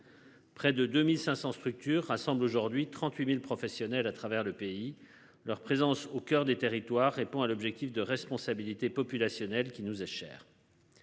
Près de 2500 structures rassemble aujourd'hui 38.000 professionnels à travers le pays. Leur présence au coeur des territoires répond à l'objectif de responsabilité populationnelle qui nous est cher.